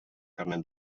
carnet